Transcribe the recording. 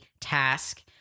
task